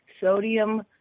Sodium